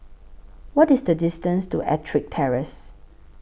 What IS The distance to Ettrick Terrace